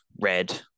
red